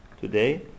today